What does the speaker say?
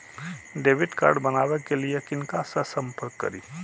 Debit card बनावे के लिए किनका से संपर्क करी?